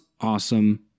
awesome